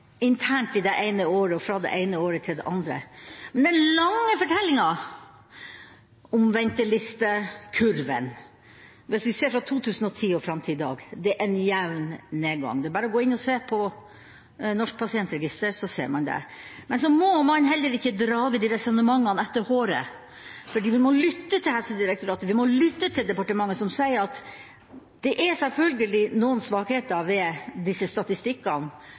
internt i det ene året og fra det ene året og til det andre. Den lange fortellinga om ventetidskurven – hvis vi ser fra 2010 og fram til i dag – er en jevn nedgang. Det er bare å gå inn og se på Norsk Pasientregister så ser man det. Men så må man heller ikke dra de resonnementene etter håret. Vi må lytte til Helsedirektoratet og til departementet som sier at det selvfølgelig er noen svakheter ved disse statistikkene,